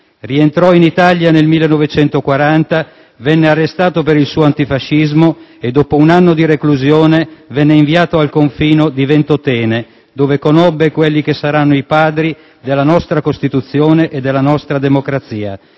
Rientrò in Italia nel 1940. Venne arrestato per il suo antifascismo e, dopo un anno di reclusione, venne inviato al confino di Ventotene dove conobbe quelli che saranno i Padri della nostra Costituzione e della nostra democrazia: